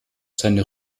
seine